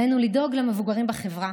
עלינו לדאוג למבוגרים בחברה,